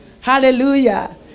hallelujah